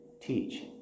teach